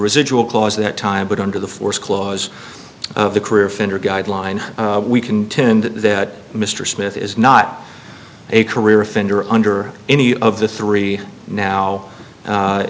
residual clause that time but under the force clause of the career offender guidelines we contend that mr smith is not a career offender under any of the three now